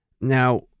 now